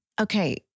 Okay